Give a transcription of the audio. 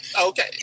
Okay